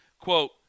quote